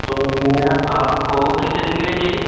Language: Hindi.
तो मैं आपको कितने दिन के लिए चाहिए